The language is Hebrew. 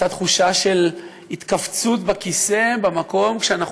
אותה תחושה של התכווצות בכיסא במקום כשאנחנו